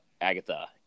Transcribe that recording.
Agatha